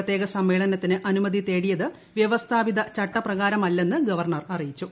പ്രത്യേക സമ്മേളനത്തിന് അനുമതി തേടിയത് വ്യവസ്ഥാപിത ചട്ടപ്രകാരമല്ലെന്ന് ഗവർണർ അറിയിച്ചു